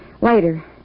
Later